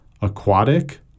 Aquatic